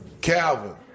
Calvin